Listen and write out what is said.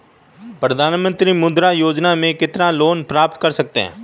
प्रधानमंत्री मुद्रा योजना में कितना लोंन प्राप्त कर सकते हैं?